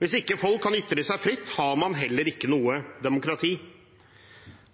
Hvis ikke folk kan ytre seg fritt, har man heller ikke noe demokrati.